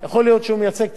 אנחנו תתי-אלופים,